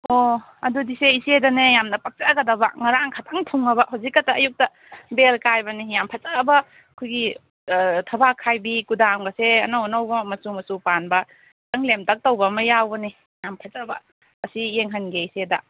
ꯑꯣ ꯑꯗꯨꯗꯤ ꯁꯦ ꯏꯆꯦꯗꯅꯦ ꯌꯥꯝꯅ ꯄꯛꯆꯒꯗꯕ ꯉꯔꯥꯡꯈꯇꯪ ꯊꯨꯡꯉꯕ ꯍꯧꯖꯤꯛꯈꯛꯇ ꯑꯌꯨꯛꯇ ꯕꯦꯜ ꯀꯥꯏꯕꯅꯤ ꯌꯥꯝ ꯐꯖꯕ ꯑꯩꯈꯣꯏꯒꯤ ꯊꯕꯥꯛ ꯈꯥꯏꯕꯤ ꯈꯨꯗꯥꯝꯒꯁꯦ ꯑꯅꯧ ꯑꯅꯧꯕ ꯃꯆꯨ ꯃꯆꯨ ꯄꯥꯟꯕ ꯈꯤꯇꯪ ꯂꯦꯝꯇꯛ ꯇꯧꯕ ꯑꯃ ꯌꯥꯎꯕꯅꯤ ꯌꯥꯝ ꯐꯖꯕ ꯑꯁꯤ ꯌꯦꯡꯍꯟꯒꯦ ꯏꯆꯦꯗ